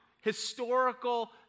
historical